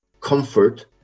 comfort